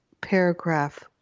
paragraph